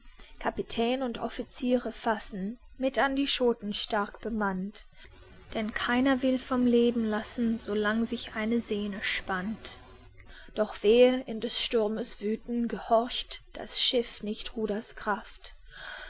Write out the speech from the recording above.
kapitän und offiziere fassen mit an die schoten stark bemannt denn keiner will vom leben lassen solang sich eine sehne spannt doch wehe in des sturmes wüthen gehorcht das schiff nicht